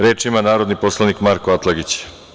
Reč ima narodni poslanik Marko Atlagić.